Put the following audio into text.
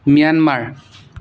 Myanmar